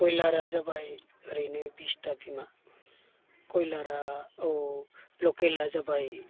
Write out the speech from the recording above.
बयलारा जाबाय ओरैनो बिसथा बिमा खयलारा औ लखेलआ जाबाय